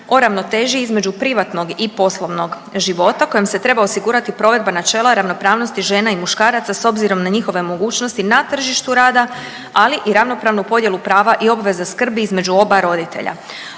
o ravnoteži između privatnog i poslovnog života kojom se treba osigurati provedba načela ravnopravnosti žena i muškaraca s obzirom na njihove mogućnosti na tržištu rada, ali i ravnopravnu podjelu prava i obveza skrbi između oba roditelja.